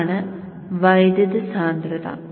ഇതാണ് വൈദ്യുത സാന്ദ്രത